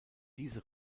diese